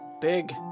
Big